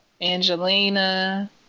Angelina